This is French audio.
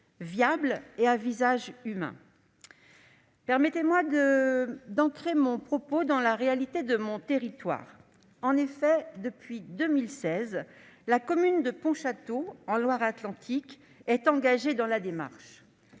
viable et à visage humain. Permettez-moi d'ancrer mon propos dans la réalité de mon territoire. Depuis 2016, la commune de Pontchâteau, en Loire-Atlantique, est engagée dans la démarche.